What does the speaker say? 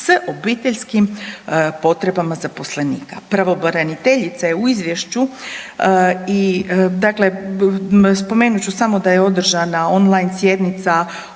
s obiteljskim potrebama zaposlenika. Pravobraniteljica je u izvješću i dakle spomenut ću samo da je održana on-line sjednica